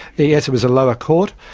yes, it was a lower court,